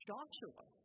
Joshua